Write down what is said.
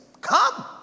Come